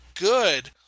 good